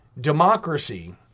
democracy